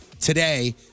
today